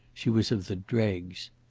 she was of the dregs.